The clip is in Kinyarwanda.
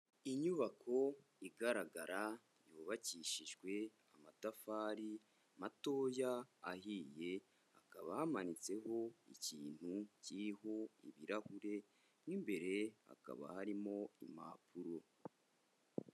Inyubako igaragara yubakishijwe amatafari matoya ahiye, hakaba hamanitseho ikintu kiriho ibirahure, mo imbere hakaba harimo impapuro.